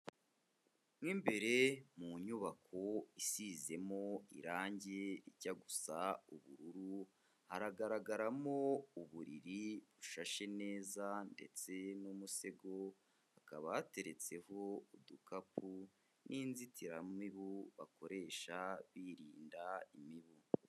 Mo imbere mu nyubako isizemo irange rijya gusa ubururu, haragaragaramo uburiri bushashe neza ndetse n'umusego, hakaba hateretseho udukapu n'inzitiramibu bakoresha birinda imibu.